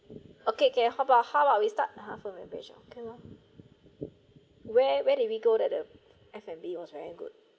okay okay how about how are we start half a webpage okay lor where where did we go that the F and B was very good